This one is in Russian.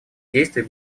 действий